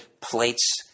plates